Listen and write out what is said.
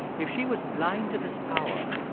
if she was blind to this power,